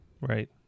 Right